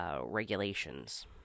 regulations